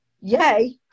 yay